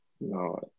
no